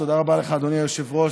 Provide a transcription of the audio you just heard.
תודה לך, אדוני היושב-ראש.